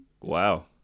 Wow